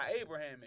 Abraham